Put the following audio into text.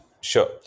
Sure